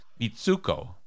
Mitsuko